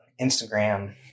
Instagram